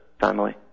family